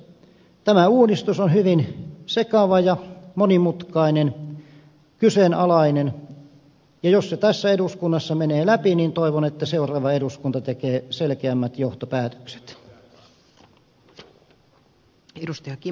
tämä uudistus on hyvin sekava ja monimutkainen kyseenalainen ja jos se tässä eduskunnassa menee läpi niin toivon että seuraava eduskunta tekee selkeämmät johtopäätökset